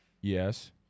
Yes